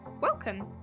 welcome